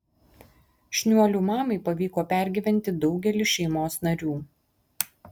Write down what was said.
šniuolių mamai pavyko pergyventi daugelį šeimos narių